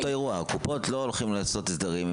אותו אירוע קופות החולים לא הולכות לעשות הסדרים.